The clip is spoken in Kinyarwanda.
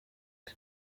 bwe